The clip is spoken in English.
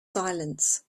silence